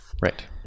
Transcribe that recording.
Right